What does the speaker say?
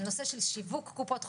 הנושא של שיווק קופות חולים,